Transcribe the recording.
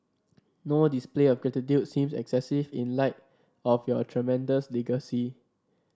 no display of gratitude seems excessive in light of your tremendous legacy